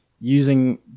using